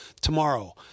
tomorrow